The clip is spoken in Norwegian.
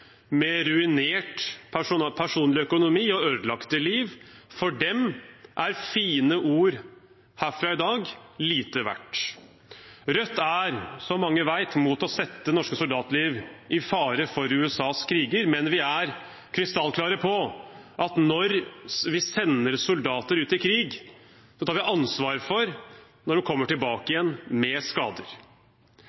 med ruinert personlig økonomi og ødelagte liv. For dem er fine ord herfra i dag lite verdt. Rødt er, som mange vet, imot å sette norske soldatliv i fare for USAs kriger, men vi er krystallklare på at når vi sender soldater ut i krig, tar vi ansvar for dem når de kommer tilbake igjen med skader. Takket være amerikanske dokumenter lekket gjennom WikiLeaks vet vi i